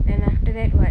then after that what